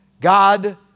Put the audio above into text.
God